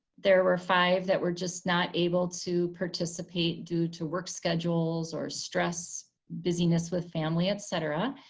there were five that were just not able to participate due to work schedules or stress, busyness with family, etc.